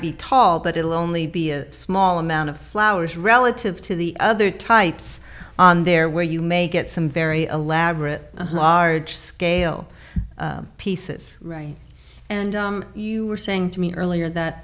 be tall but it'll only be a small amount of flowers relative to the other types there where you may get some very elaborate arj scale pieces right and you were saying to me earlier that